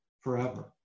forever